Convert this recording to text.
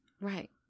Right